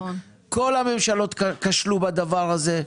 כל הממשלות כשלו בדבר הזה,